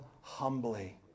humbly